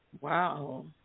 Wow